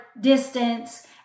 distance